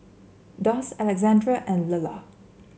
Doss Alexandre and Lulla